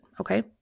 Okay